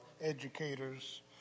educators